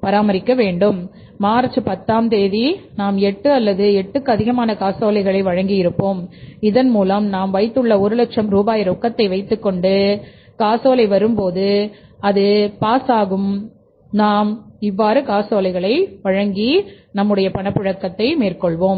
வைத்திருக்கிறோம்